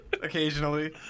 occasionally